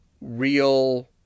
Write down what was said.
real